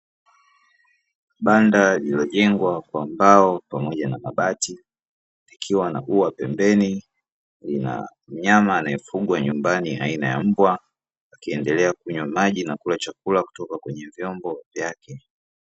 Banda lilojengwa kwa mbao pamoja na mabati vikiwa na uwa pembeni linamnyama anayefungwa nyumbani aina ya mbwa wakiendelea kunywa maji na kula chakula kutoka kwenye vyombo vyake.